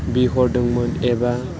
बिहरदोंमोन एबा